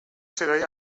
صدای